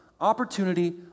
Opportunity